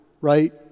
Right